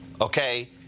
okay